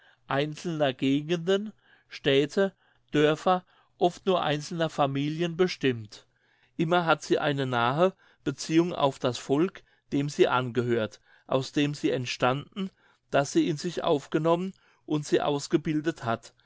einzelner gegenden städte dörfer oft nur einzelner familien bestimmt immer hat sie eine nahe beziehung auf das volk dem sie angehört aus dem sie entstanden das sie in sich aufgenommen und sie ausgebildet hat